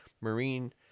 Marine